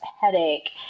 headache